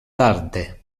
tarde